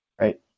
right